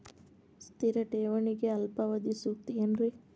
ಸ್ಥಿರ ಠೇವಣಿಗೆ ಅಲ್ಪಾವಧಿ ಸೂಕ್ತ ಏನ್ರಿ?